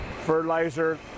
fertilizer